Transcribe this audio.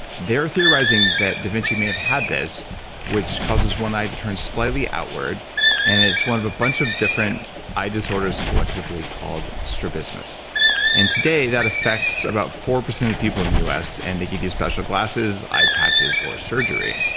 they're theorizing that da vinci may have had this which causes one eye to turn slightly outward and it's one of a bunch of different eye disorders collectively called strabismus and today that affects about four percent of people in the us and they can get special glasses, eye patches or surgery.